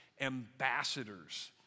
ambassadors